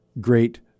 great